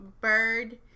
bird